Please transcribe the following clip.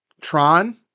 Tron